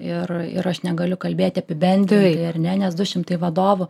ir ir aš negaliu kalbėti apibendrintai ar ne nes du šimtai vadovų